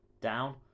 down